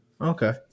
Okay